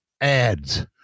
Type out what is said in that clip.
ads